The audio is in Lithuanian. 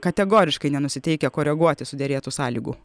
kategoriškai nenusiteikę koreguoti suderėtų sąlygų